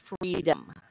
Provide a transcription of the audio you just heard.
freedom